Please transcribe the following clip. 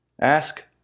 Ask